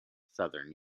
southern